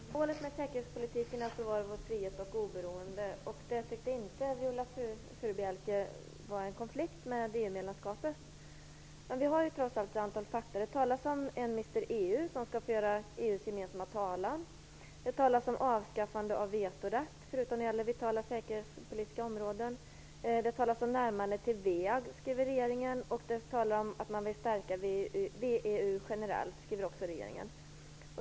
Fru talman! Målet för säkerhetspolitiken har varit vår frihet och vårt oberoende. Det tyckte inte Viola Furubjelke var en konflikt med EU-medlemskapet. Men vi har trots allt ett antal fakta. Det talas om en "mister EU" som skall föra EU:s gemensamma talan. Det talas om avskaffande av vetorätt, förutom när det gäller vitala säkerhetspolitiska områden. Det talas om närmandet till VEAG, skriver regeringen, och det talas om att man vill stärka VEU generellt. Det skriver också regeringen.